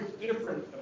different